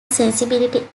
sensibility